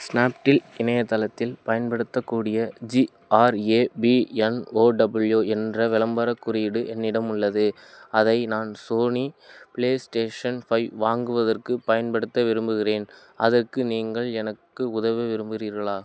Snapdeal இணையத்தளத்தில் பயன்படுத்தக் கூடிய ஜிஆர்ஏபிஎன்ஓடபிள்யூ என்ற விளம்பரக் குறியீடு என்னிடம் உள்ளது அதை நான் சோனி ப்ளேஸ்டேஷன் ஃபை வாங்குவதற்குப் பயன்படுத்த விரும்புகிறேன் அதற்கு நீங்கள் எனக்கு உதவ விரும்புகிறீர்களா